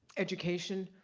education.